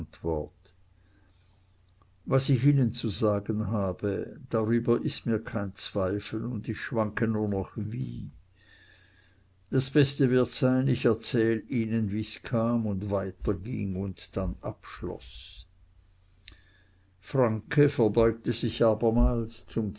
was ich ihnen zu sagen habe darüber ist mir kein zweifel und ich schwanke nur noch wie das beste wird sein ich erzähl ihnen wie's kam und weiterging und dann abschloß franke verbeugte sich abermals zum